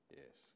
yes